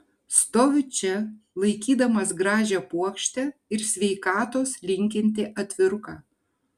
stoviu čia laikydamas gražią puokštę ir sveikatos linkintį atviruką